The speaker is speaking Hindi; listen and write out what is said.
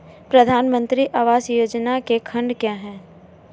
प्रधानमंत्री आवास योजना के खंड क्या हैं?